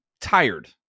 tired